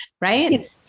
right